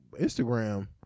Instagram